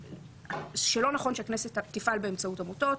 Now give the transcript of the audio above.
שלא נכון שהכנסת תפעל באמצעות עמותות.